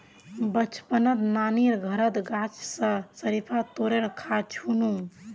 बचपनत नानीर घरत गाछ स शरीफा तोड़े खा छिनु